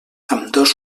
ambdós